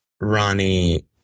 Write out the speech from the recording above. Ronnie